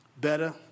Better